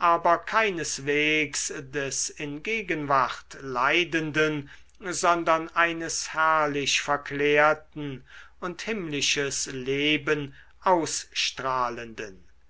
aber keineswegs des in gegenwart leidenden sondern eines herrlich verklärten und himmlisches leben ausstrahlenden